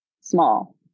small